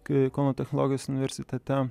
kai kauno technologijos universitete